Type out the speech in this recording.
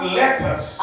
letters